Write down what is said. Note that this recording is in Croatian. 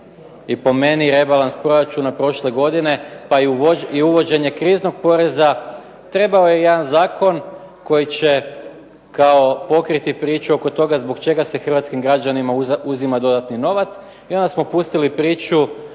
i po meni rebalans proračuna prošle godine pa i uvođenje kriznog poreza trebao je jedan zakon koji će kao pokriti priču oko toga zbog čega se hrvatskim građanima uzima dodatni novac i onda smo pustili priču